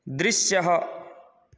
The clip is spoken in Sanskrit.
दृश्यः